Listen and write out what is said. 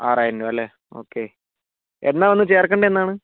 ആറായിരം രൂപ അല്ലെ ഓക്കേ എന്നാണ് വന്ന് ചേർക്കേണ്ടത് എന്നാണ്